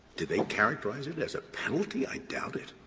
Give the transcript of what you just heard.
did they characterize it as a penalty? i doubt it.